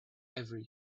every